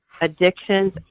addictions